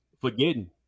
forgetting